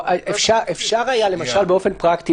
אפשר היה למשל באופן פרקטי,